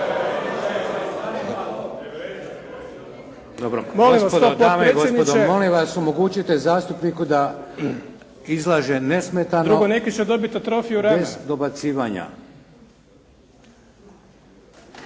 (HDZ)** Dame i gospodo, molim vas omogućite zastupniku da izlaže nesmetano bez dobacivanja.